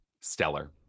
Stellar